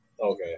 okay